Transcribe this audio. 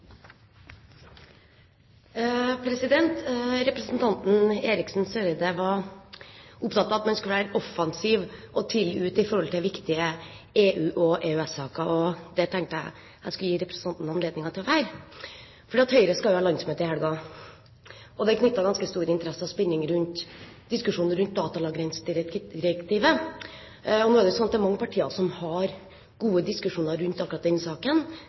Representanten Eriksen Søreide var opptatt av at man skulle være offensiv og tidlig ute i forhold til viktige EU- og EØS-saker, og det tenkte jeg jeg skulle gi representanten anledning til å være. Høyre skal jo ha landsmøte i helgen, og det er knyttet ganske stor interesse til og spenning rundt diskusjonen rundt datalagringsdirektivet. Det er mange partier som har gode diskusjoner rundt akkurat den saken,